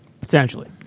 Potentially